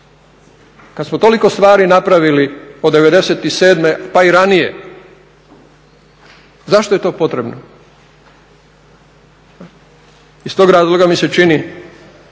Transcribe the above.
kad smo toliko stvari napravili od '97. pa i ranije, zašto je to potrebno? Iz tog razloga mi se čini